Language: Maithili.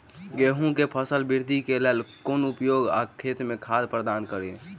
गेंहूँ केँ फसल वृद्धि केँ लेल केँ उपाय आ खेत मे खाद प्रदान कड़ी?